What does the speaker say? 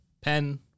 pen